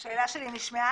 האם השאלה שלי נשמעה?